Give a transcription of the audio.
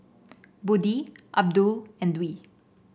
Budi Abdul and Dwi